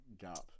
gap